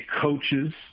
coaches